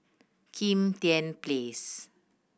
Kim Tian Place